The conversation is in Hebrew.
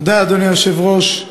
אדוני היושב-ראש,